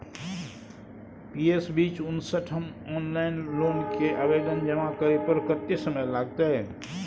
PS बीच उनसठ म ऑनलाइन लोन के आवेदन जमा करै पर कत्ते समय लगतै?